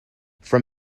from